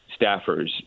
staffers